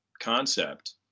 concept